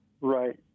Right